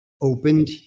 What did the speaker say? opened